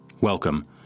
welcome